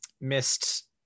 missed